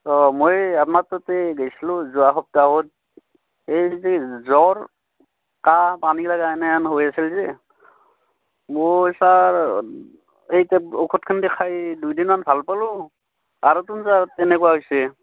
অঁ মই আমাৰ তাতে গৈছিলোঁ যোৱা সপ্তাহত এই যে জ্বৰ কাহ পানী লগা এনেহেন হৈ আছিল যে মোৰ ছাৰ এই তাত ঔষধখিনি খাই দুইদিনমান ভাল পালোঁ আৰুতোন ছাৰ তেনেকুৱা হৈছে